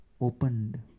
opened